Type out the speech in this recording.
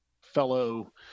fellow